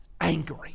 angry